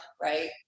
right